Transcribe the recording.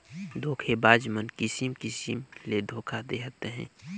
धोखेबाज मन किसिम किसिम ले धोखा देहत अहें